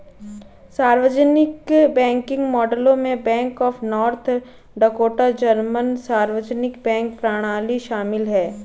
सार्वजनिक बैंकिंग मॉडलों में bank of North Dakota German सार्वजनिक बैंक प्रणाली शामिल है